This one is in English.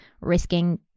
risking